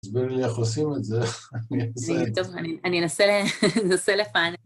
תסביר לי איך עושים את זה, איך אני עושה את זה. טוב, אני אנסה לפענח.